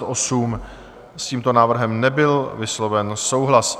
S tímto návrhem nebyl vysloven souhlas.